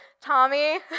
Tommy